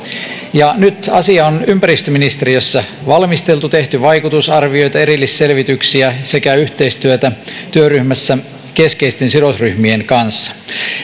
nyt se asia on ympäristöministeriössä valmisteltu on tehty vaikutusarvioita erillisselvityksiä sekä yhteistyötä työryhmässä keskeisten sidosryhmien kanssa